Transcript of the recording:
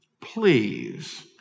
Please